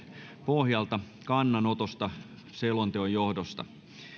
pohjalta kannanotosta selonteon johdosta